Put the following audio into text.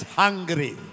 hungry